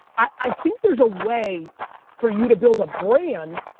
i think there's a way for you to build a brand